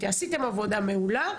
עבודה מעולה,